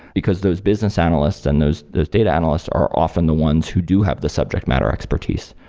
because those business analysts and those those data analysts are often the ones who do have the subject matter expertise,